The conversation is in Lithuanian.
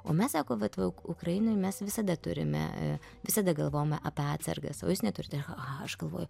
o mes sako vat va ukrainoj mes visada turime visada galvojame apie atsargas o jūs neturite aha aš galvoju